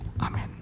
Amen